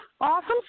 Awesome